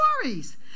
stories